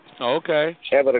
Okay